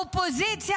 אופוזיציה,